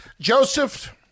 Joseph